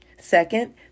Second